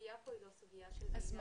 הסוגיה פה היא לא סוגיה של מידע.